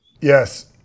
Yes